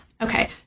Okay